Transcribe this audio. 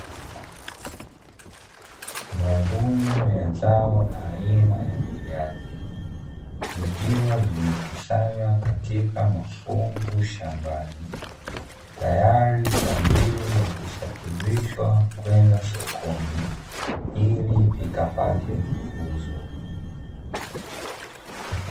Mavuno ya zao aina ya viazi, vikiwa vimekusanywa katika mafungu shambani, tayari kwaajili ya kusafirishwa kwenda sokoni, ili vikapate kuuzwa.